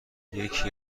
یکی